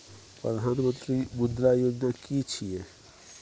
प्रधानमंत्री मुद्रा योजना कि छिए?